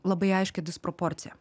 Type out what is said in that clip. labai aiškią disproporciją